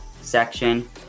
section